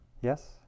Yes